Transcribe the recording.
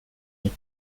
your